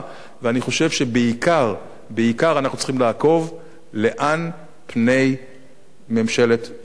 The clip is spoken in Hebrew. ואני חושב שבעיקר אנחנו צריכים לעקוב לאן פני ממשלת טורקיה,